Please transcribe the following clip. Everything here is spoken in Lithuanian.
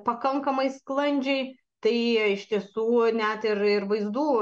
pakankamai sklandžiai tai iš tiesų net ir ir vaizdų